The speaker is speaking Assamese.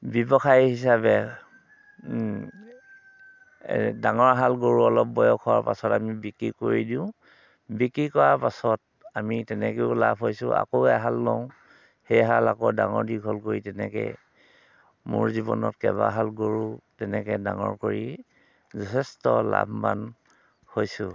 ব্যৱসায় হিচাপে ডাঙৰ হাল গৰু অলপ বয়স হোৱাৰ পাছত আমি বিক্ৰী কৰি দিওঁ বিক্ৰী কৰাৰ পাছত আমি তেনেকেও লাভ হৈছোঁ আকৌ এহাল লওঁ সেইহাল আকৌ ডাঙৰ দীঘল কৰি তেনেকৈ মোৰ জীৱনত কেইবাহাল গৰু তেনেকৈ ডাঙৰ কৰি যথেষ্ট লাভৱান হৈছোঁ